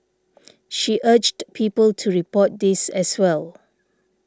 she urged people to report these as well